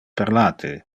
parlate